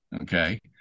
Okay